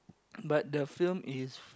but the film is